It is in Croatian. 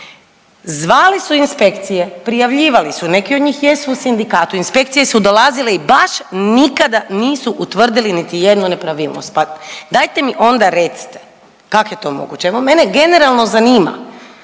Zvali su inspekcije, prijavljivali su, neki od njih jesu u sindikatu, inspekcije su dolazile i baš nikada nisu utvrdili niti jednu nepravilnost. Pa dajte mi onda recite kak je to moguće? Evo, mene generalno zanima